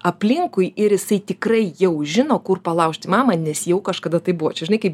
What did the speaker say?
aplinkui ir jisai tikrai jau žino kur palaužti mamą nes jau kažkada taip buvo čia žinai kaip